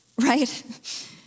right